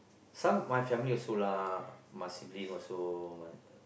some my family also lah my sibling also my